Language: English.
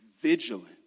vigilant